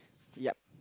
yup